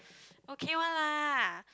okay one lah